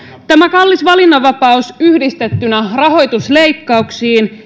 tämä kallis valinnanvapaus yhdistettynä rahoitusleikkauksiin